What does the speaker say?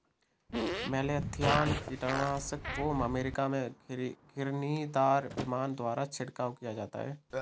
malathion कीटनाशक को America में घिरनीदार विमान द्वारा छिड़काव किया जाता है